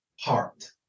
heart